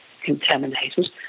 contaminated